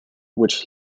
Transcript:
which